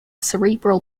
cerebral